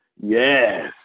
Yes